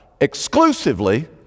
exclusively